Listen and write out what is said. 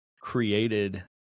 created